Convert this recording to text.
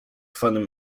funny